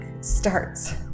starts